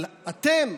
אבל אתן,